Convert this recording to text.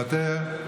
מוותר,